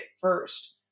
first